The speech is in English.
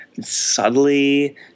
Subtly